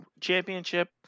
championship